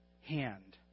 hand